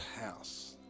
house